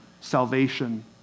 salvation